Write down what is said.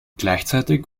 gleichzeitig